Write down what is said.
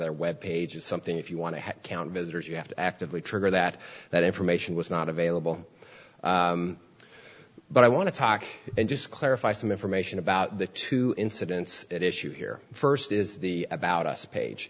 their web page is something if you want to count visitors you have to actively trigger that that information was not available but i want to talk and just clarify some information about the two incidents at issue here the st is the about us page